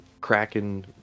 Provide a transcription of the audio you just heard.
Kraken